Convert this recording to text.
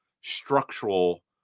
structural